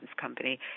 company